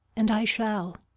and i shall,